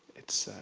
it's